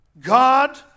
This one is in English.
God